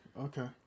Okay